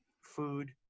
food